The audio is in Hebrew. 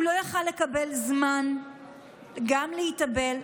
הוא לא היה יכול לקבל זמן גם להתאבל,